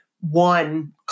one